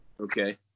okay